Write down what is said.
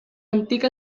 antic